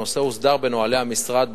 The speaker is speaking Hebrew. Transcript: הנושא הוסדר בנוהלי המשרד,